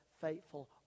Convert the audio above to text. faithful